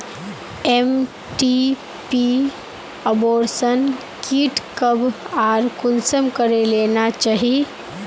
MTP abortion kit कब आर कुंसम करे लेना चही?